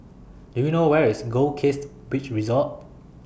Do YOU know Where IS Goldkist Beach Resort